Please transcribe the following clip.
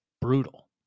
brutal